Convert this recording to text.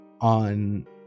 on